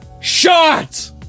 shot